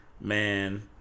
man